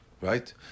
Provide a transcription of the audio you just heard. right